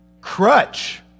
Crutch